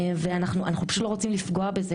אנחנו פשוט לא רוצים לפגוע בזה,